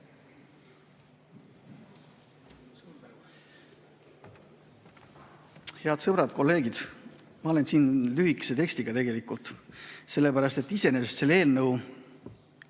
Head sõbrad, kolleegid! Ma olen siin lühikese tekstiga, sellepärast et iseenesest selle eelnõu